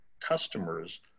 customers